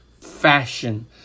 fashion